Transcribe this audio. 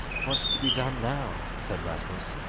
what's to be done now said rasmus.